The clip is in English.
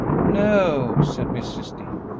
no, said mrs. dean,